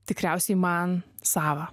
tikriausiai man sava